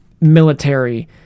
military